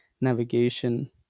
navigation